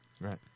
Right